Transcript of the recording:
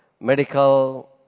medical